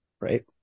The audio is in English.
right